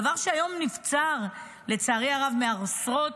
דבר שלצערי הרב נבצר היום מעשרות,